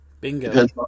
Bingo